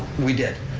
we did.